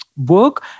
Work